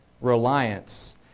reliance